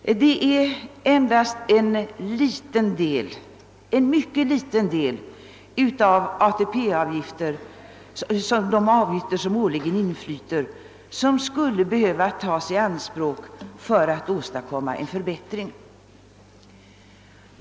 Endast en mycket liten del av de ATP avgifter som årligen inflyter skulle behöva tas i anspråk för att åstadkomma en förbättring.